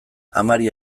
amari